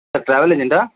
sir travel ఏజెంటా